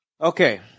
Okay